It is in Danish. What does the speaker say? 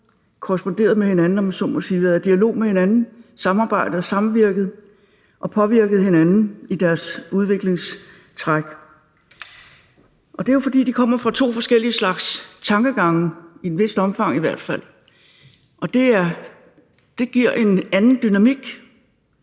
været i dialog med hinanden, samarbejdet og samvirket og påvirket hinanden på i deres udviklingstræk. Det er jo, fordi de kommer med to forskellige slags tankegange – i hvert fald i et vist omfang. Det giver en anden dynamik,